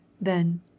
Then